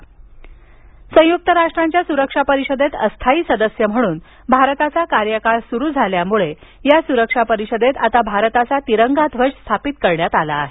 भारताचा ध्वज संयुक्त राष्ट्रांच्या सुरक्षा परिषदेत अस्थायी सदस्य म्हणून भारताचा कार्यकाळ सुरू झाल्यामुळं या सुरक्षा परिषदेत आता भारताचा तिरंगा ध्वज स्थापित करण्यात आला आहे